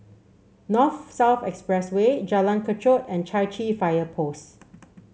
North South Expressway Jalan Kechot and Chai Chee Fire Post